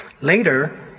Later